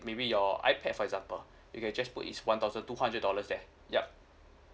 maybe your ipad for example you can just put it's one thousand two hundred dollars there yup